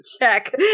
check